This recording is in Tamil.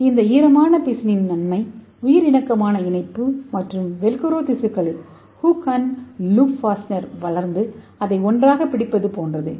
இந்த ஈரமான பிசினில் நன்மை யாதெனில் இந்த உயிர் இணக்கமான இணைப்பு உங்கள் வெல்க்ரோ திசுக்களில் வளர்ந்து அதை ஒன்றாகப்பிடிப்பது போன்றதாகும்